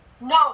no